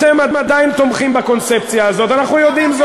אתם עדיין תומכים בקונספציה הזאת, אנחנו יודעים.